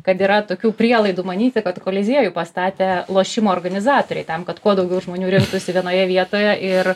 kad yra tokių prielaidų manyti kad koliziejų pastatė lošimų organizatoriai tam kad kuo daugiau žmonių rinktųsi vienoje vietoje ir